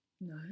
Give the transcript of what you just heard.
No